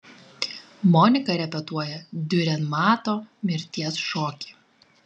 monika repetuoja diurenmato mirties šokį